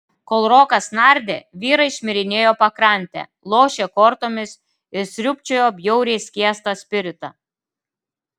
kol rokas nardė vyrai šmirinėjo pakrante lošė kortomis ir sriūbčiojo bjauriai skiestą spiritą